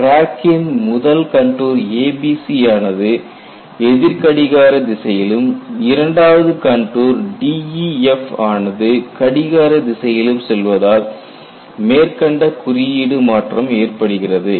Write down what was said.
கிராக்கின் முதல் contour ABC ஆனது எதிர் கடிகார திசையிலும் இரண்டாவது கண்டூர் DEF ஆனது கடிகார திசையிலும் செல்வதால் மேற்கண்ட குறியீடு மாற்றம் ஏற்படுகிறது